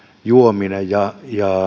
juomisen ja